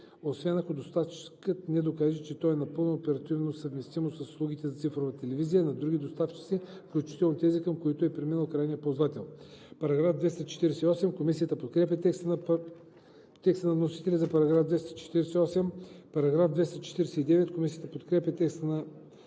освен ако доставчикът не докаже, че то е напълно оперативно съвместимо с услугите за цифрова телевизия на други доставчици, включително тези, към които е преминал крайният ползвател.“ Комисията подкрепя текста на вносителя за § 248. Комисията подкрепя текста на